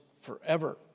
forever